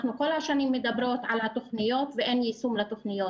כל השנים אנחנו מדברות על התוכניות ואין יישום לתוכניות.